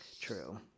True